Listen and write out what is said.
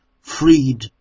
freed